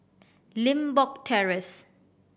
Limbok Terrace